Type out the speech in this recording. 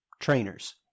trainers